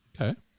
okay